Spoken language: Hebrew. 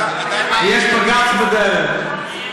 יש בג"ץ בדרך.